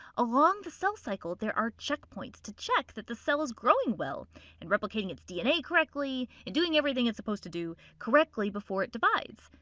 along the cell cycle there are check points to check that the cell is growing well and replicating its dna correctly and doing everything it's supposed to correctly before it divides.